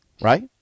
Right